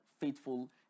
faithful